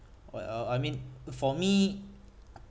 oh err I mean for me